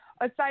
aside